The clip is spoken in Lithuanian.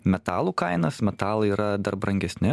metalų kainas metalai yra dar brangesni